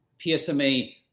PSMA